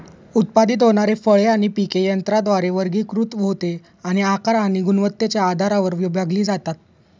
उत्पादित होणारी फळे आणि पिके यंत्राद्वारे वर्गीकृत होते आणि आकार आणि गुणवत्तेच्या आधारावर विभागली जातात